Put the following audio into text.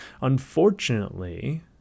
Unfortunately